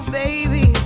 baby